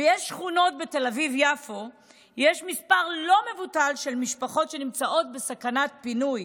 ויש בשכונות בתל אביב-יפו מספר לא מבוטל של משפחות שנמצאות בסכנת פינוי,